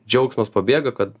džiaugsmas pabėga kad